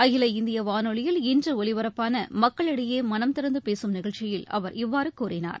அகில இந்தியவானொலியில் இன்றுஒலிபரப்பானமக்களிடையேமனந்திறந்தபேசும் நிகழ்ச்சியில் அவர் இவ்வாறுகூறினார்